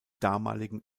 damaligen